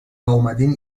واومدین